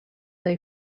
they